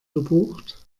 gebucht